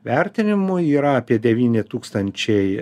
vertinimų yra apie devyni tūkstančiai